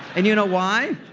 and you know why?